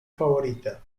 favorita